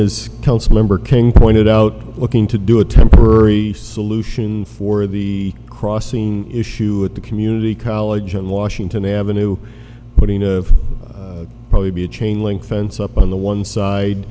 member king pointed out looking to do a temporary solution for the crossing issue at the community college in washington avenue putting of probably be a chain link fence up on the one side